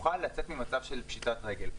שבה הוא יוכל לצאת ממצב של פשיטת רגל.